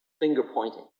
finger-pointing